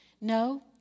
No